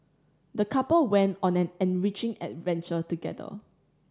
the couple went on an enriching adventure together